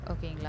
Okay